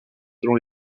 selon